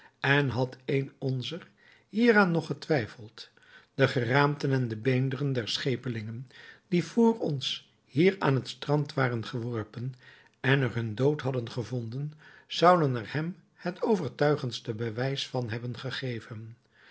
en had een onzer hieraan nog getwijfeld de geraamten en de beenderen der schepelingen die vr ons hier aan het strand waren geworpen en er hun dood hadden gevonden zouden er hem het overtuigendste bewijs van hebben gegeven